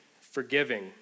forgiving